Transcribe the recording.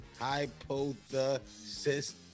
Hypothesis